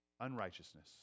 unrighteousness